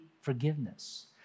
forgiveness